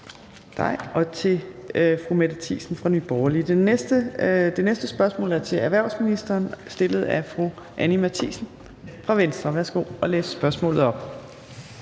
Det næste spørgsmål er til erhvervsministeren, stillet af fru Anni Matthiesen fra Venstre. Kl. 15:11 Spm. nr.